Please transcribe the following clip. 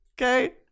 okay